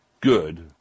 good